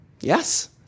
yes